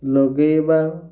ଲଗେଇବା